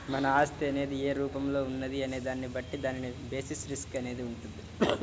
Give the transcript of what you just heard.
మన ఆస్తి అనేది ఏ రూపంలో ఉన్నది అనే దాన్ని బట్టి దాని బేసిస్ రిస్క్ అనేది వుంటది